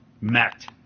met